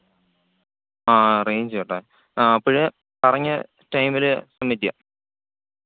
ആ റേഞ്ച് കട്ടായി ആ അപ്പോൾ പറഞ്ഞ ടൈമിൽ സബ്മിറ്റ് ചെയ്യാം